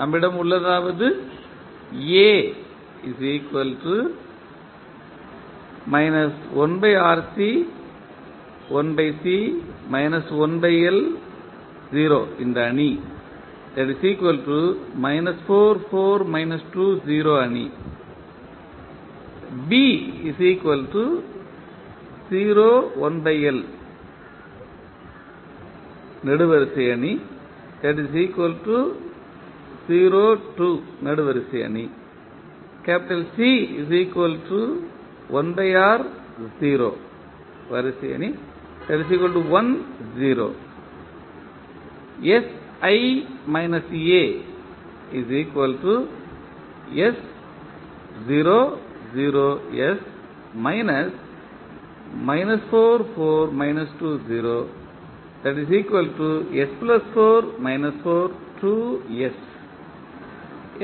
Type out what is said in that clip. நம்மிடம் உள்ளதாவது